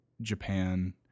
Japan